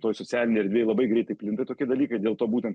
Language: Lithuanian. toj socialinėj erdvėj labai greitai plinta tokie dalykai dėl to būtent